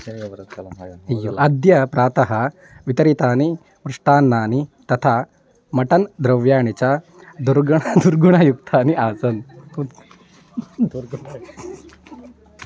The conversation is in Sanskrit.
अद्य प्रातः वितरितानि मिष्टान्नानि तथा मटन् द्रव्याणि च दुर्गुणः दुर्गुणयुक्तानि आसन्